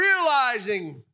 realizing